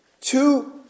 Two